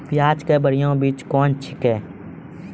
प्याज के बढ़िया बीज कौन छिकै?